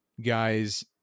guys